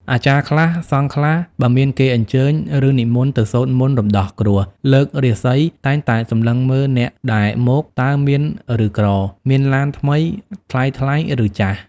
អាចារ្យខ្លះ សង្ឃខ្លះ បើមានគេអញ្ជើញ ឬនិមន្តទៅសូត្រមន្តរំដោះគ្រោះ លើករាសី តែងតែសម្លឹងមើលអ្នកដែលមក តើមានឬក្រ មានឡានថ្មីថ្លៃៗឬចាស់ ។